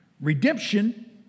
redemption